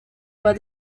were